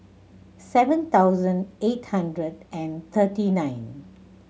seven thousand eight hundred and thirty nine